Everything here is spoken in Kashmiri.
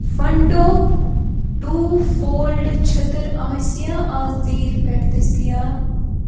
فنٛڈو ٹوٗ فولڈ چھٔتٕر آسِیا آز ژیٖرۍ پٮ۪ٹھ دٔستِیاب